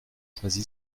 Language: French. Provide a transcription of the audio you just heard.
choisi